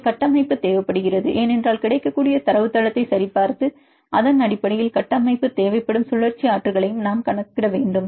இதில் கட்டமைப்பு தேவைப்படுகிறது ஏனென்றால் கிடைக்கக்கூடிய தரவுத்தளத்தை சரிபார்த்து அதன் அடிப்படையில் கட்டமைப்பு தேவைப்படும் சுழற்சி ஆற்றல்களை நாம் கணக்கிட வேண்டும்